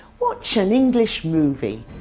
watch an english movie.